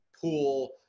Pool